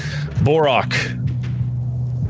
Borok